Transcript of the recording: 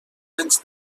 anys